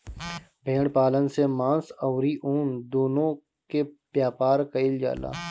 भेड़ पालन से मांस अउरी ऊन दूनो के व्यापार कईल जाला